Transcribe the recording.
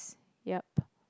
yup